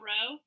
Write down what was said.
Row